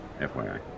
FYI